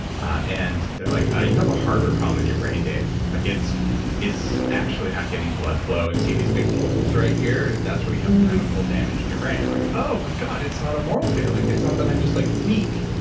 and they're like, ah you have a hardware problem in your brain, dave. like it's it's actually not getting blood flow. and see these big holes right here? that's where you have chemical damage to your brain. i'm like, oh, my god. it's not a moral failing. it's not that i'm just like weak,